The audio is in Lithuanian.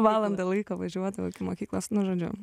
valandą laiko važiuodavau iki mokyklos nu žodžiu